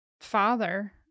father